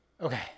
Okay